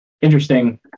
interesting